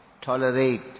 tolerate